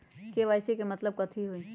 KYC के मतलब कथी होई?